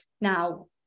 now